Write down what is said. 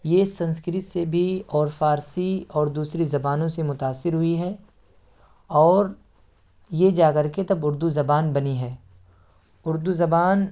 یہ سنسکرت سے بھی اور فارسی اور دوسری زبانوں سے متاثر ہوئی ہے اور یہ جا کر کے تب اردو زبان بنی ہے اردو زبان